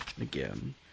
again